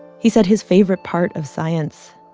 he said his favorite part of science